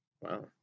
wow